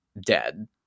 dead